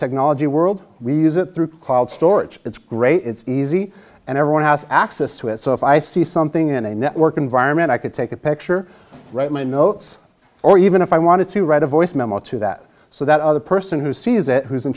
technology world we use it through called storage it's great it's easy and everyone has access to it so if i see something in a network environment i could take a picture write my notes or even if i wanted to write a voice memo to that so that other person who sees it who's in